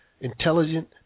Intelligent